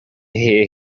hear